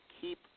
keep